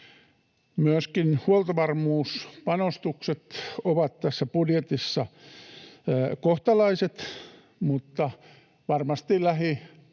Myöskin huoltovarmuuspanostukset ovat tässä budjetissa kohtalaiset, mutta varmasti